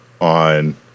on